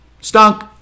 Stunk